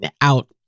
out